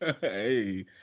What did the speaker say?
hey